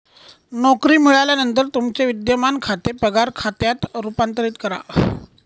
नोकरी मिळाल्यानंतर तुमचे विद्यमान खाते पगार खात्यात रूपांतरित करा